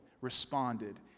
responded